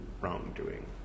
wrongdoing